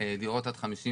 דירות עד 50 מטר,